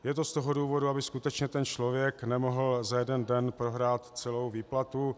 Je to z toho důvodu, aby skutečně ten člověk nemohl za jeden den prohrát celou výplatu.